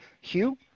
Hugh